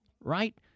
right